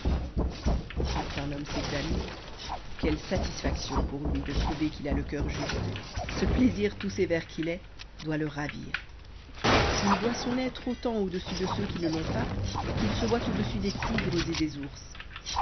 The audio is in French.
quand un homme s'examine quelle satisfaction pour lui de trouver qu'il a le cœur juste ce plaisir tout sévère qu'il est doit le ravir il voit son être autant au-dessus de ceux qui ne l'ont pas qu'il se voit au-dessus des tigres et des ours